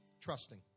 trusting